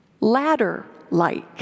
ladder-like